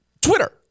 Twitter